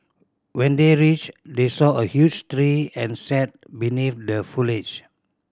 when they reached they saw a huge tree and sat beneath the foliage